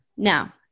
Now